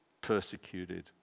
persecuted